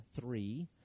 three